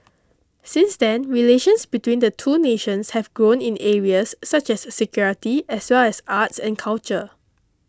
since then relations between the two nations have grown in areas such as security as well as arts and culture